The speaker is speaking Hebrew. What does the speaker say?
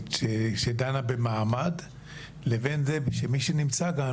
שדנה במעמד לבין זה שמי שנמצא גם,